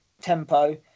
tempo